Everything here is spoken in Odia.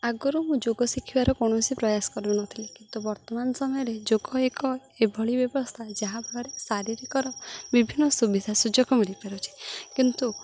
ଆଗରୁ ମୁଁ ଯୋଗ ଶିଖିବାର କୌଣସି ପ୍ରୟାସ କରୁନଥିଲି କିନ୍ତୁ ବର୍ତ୍ତମାନ ସମୟରେ ଯୋଗ ଏକ ଏଭଳି ବ୍ୟବସ୍ଥା ଯାହାଫଳରେ ଶାରୀରିକର ବିଭିନ୍ନ ସୁବିଧା ସୁଯୋଗ ମିଳିପାରୁଛିି କିନ୍ତୁ